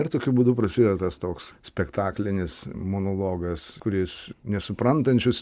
ir tokiu būdu prasideda tas toks spektaklinis monologas kuris nesuprantančius